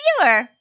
viewer